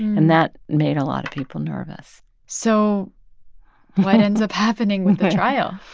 and that made a lot of people nervous so what ends up happening with the trial?